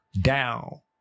down